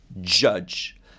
Judge